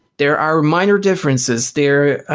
there are minor differences there,